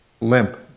limp